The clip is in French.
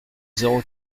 zéro